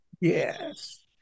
Yes